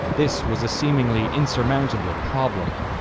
this was a seemingly insurmountable problem,